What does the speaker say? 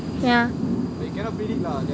yeah